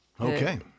Okay